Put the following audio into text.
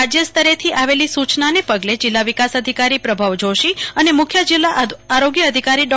રાજ્ય સ્તરે થી આવેલી સૂયનાને પગલે જીલ્લા વિકાસ અધિકારી પ્રભાવ જોશી અને મુખ્ય જિલા આરોગ્ય અધિકારી ડો